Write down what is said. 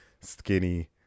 skinny